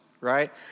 right